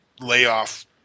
layoff